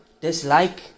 dislike